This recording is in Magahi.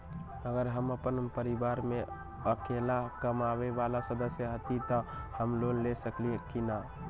अगर हम अपन परिवार में अकेला कमाये वाला सदस्य हती त हम लोन ले सकेली की न?